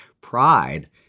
pride